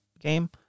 game